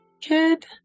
kid